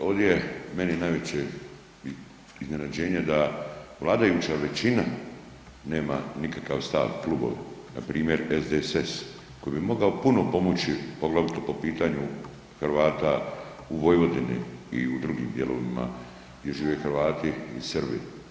Kolegice, ovdje meni je najveće iznenađenje da vladajuća većina nema nikakav stav i klubovi, npr. SDSS koji bi mogao puno pomoći, poglavito po pitanju Hrvata u Vojvodini i u drugim dijelovima gdje žive Hrvati i Srbi.